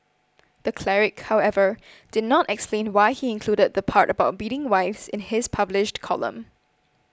the cleric however did not explain why he included the part about beating wives in his published column